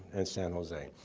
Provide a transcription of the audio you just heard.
and san jose.